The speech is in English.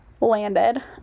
landed